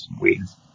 weeds